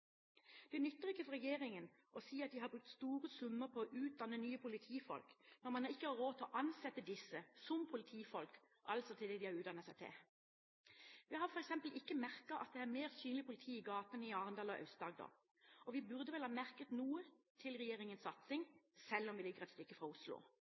Det nytter ikke for regjeringen å si at de har brukt store summer på å utdanne nye politifolk, når man ikke har råd til å ansette disse som politifolk, altså til det de har utdannet seg til. Vi har f.eks. ikke merket at det er mer synlig politi i gatene i Arendal og Aust-Agder, og vi burde vel ha merket noe til regjeringens satsing, selv om vi ligger et stykke fra Oslo.